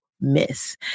miss